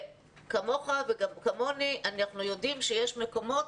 כמוך וגם כמוני אנחנו יודעים שיש מקומות